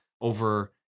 over